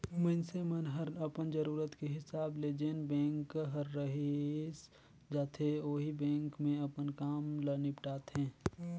मइनसे मन हर अपन जरूरत के हिसाब ले जेन बेंक हर रइस जाथे ओही बेंक मे अपन काम ल निपटाथें